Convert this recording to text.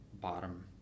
bottom